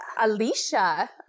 Alicia